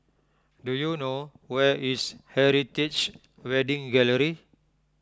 do you know where is Heritage Wedding Gallery